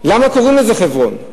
למה קוראים לזה חברון?